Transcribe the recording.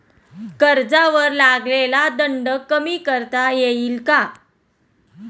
कर्जावर लागलेला दंड कमी करता येईल का?